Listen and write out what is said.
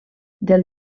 del